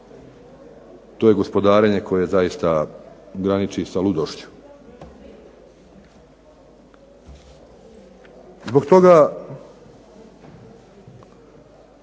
To je gospodarenje koje zaista graniči sa ludošću. Zbog toga